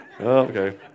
Okay